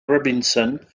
robinson